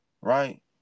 right